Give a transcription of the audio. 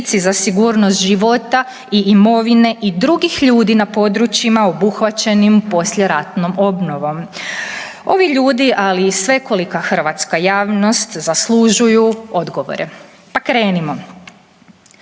za sigurnost života i imovine i drugih ljudi na područjima obuhvaćenim poslijeratnom obnovom. Ovi ljudi ali i svekolika hrvatska javnost zaslužuju odgovore, pa krenimo.